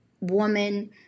woman